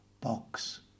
box